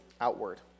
outward